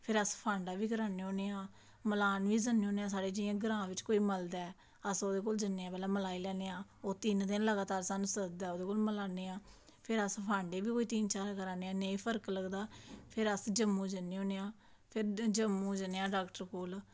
फिर अस फांडा बी करान्ने होन्ने आं मलान बी जन्ने होन्ने आं जियां साढ़े कोई ग्रांऽ च मलदा ऐ अस ओह्दे कोल जन्ने पैह्लें मलाई लैन्ने आं ओह् तिन स्हानू सददा ओह्दे कोल मलान्ने आं ते फिर अस फांडे बी तिन चार करान्ने नेईं फर्क लगदा फिर अस जम्मू जन्ने होन्ने आं फर्क लगदा फिर अस जम्मू जन्ने होन्ने आं फिर जम्मू जन्ने आं डॉक्टरै कोल